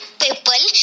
people